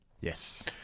Yes